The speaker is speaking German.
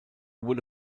wurde